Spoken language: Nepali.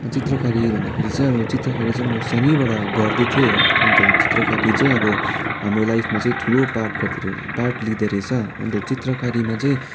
चित्रकारी भन्दा फेरि चाहिँ अब चित्रकारी चाहिँ म सानैबाट गर्दै थिएँ अन्त चित्रकारी चाहिँ अब हाम्रो लाइफमा चाहिँ ठुलो पार्ट गरिदिँदो पार्ट लिँदो रहेछ अन्त चित्रकारीमा चाहिँ